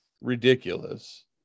ridiculous